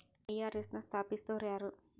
IRS ನ ಸ್ಥಾಪಿಸಿದೊರ್ಯಾರು?